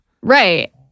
Right